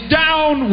down